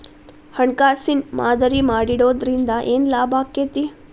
ಹಣ್ಕಾಸಿನ್ ಮಾದರಿ ಮಾಡಿಡೊದ್ರಿಂದಾ ಏನ್ ಲಾಭಾಕ್ಕೇತಿ?